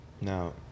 Now